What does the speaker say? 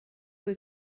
fwy